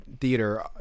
theater